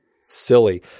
silly